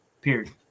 period